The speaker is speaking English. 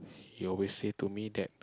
he always say to me that